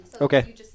Okay